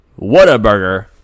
whataburger